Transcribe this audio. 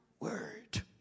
Word